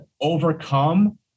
overcome